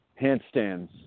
handstands